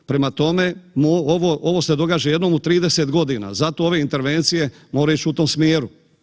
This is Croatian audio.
Prema tome, ovo se događa jednom u 30 godina, zato ove intervencije moraju ići u tom smjeru.